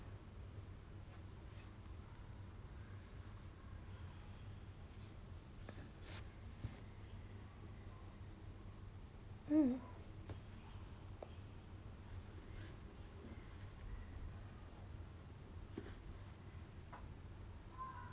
mm